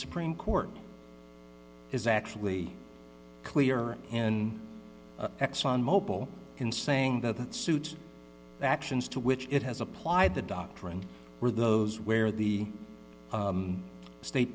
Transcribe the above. supreme court is actually clearer in exxon mobil in saying that that suit actions to which it has applied the doctrine are those where the state